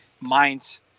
minds